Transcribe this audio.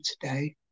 today